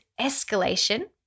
escalation